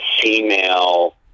female